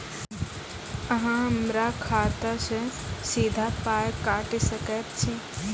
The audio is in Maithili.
अहॉ हमरा खाता सअ सीधा पाय काटि सकैत छी?